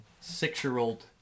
six-year-old